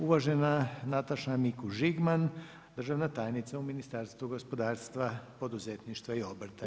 Uvažena Nataša Mikuš Žigman, državna tajnica u Ministarstvu gospodarstva, poduzetništva i obrta.